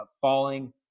falling